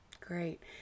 Great